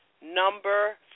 number